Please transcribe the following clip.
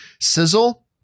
sizzle